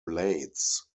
blades